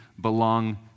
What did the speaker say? belong